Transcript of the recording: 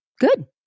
Good